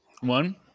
One